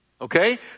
okay